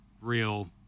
real